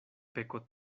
peko